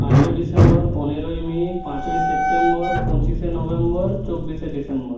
পাঁচই ডিসেম্বর পনেরোই মে পাঁচই সেপ্টেম্বর পঁচিশে নভেম্বর চব্বিশে ডিসেম্বর